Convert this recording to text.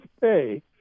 pay